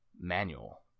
manual